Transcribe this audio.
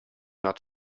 not